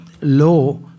law